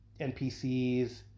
NPCs